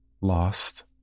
Lost